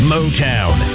Motown